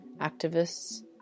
activists